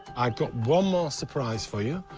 i've got one more surprise for you.